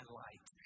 light